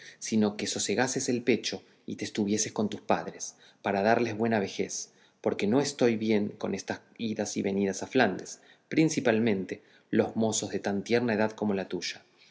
sino que sosegases el pecho y te estuvieses con tus padres para darles buena vejez porque no estoy bien con estas idas y venidas a flandes principalmente los mozos de tan tierna edad como la tuya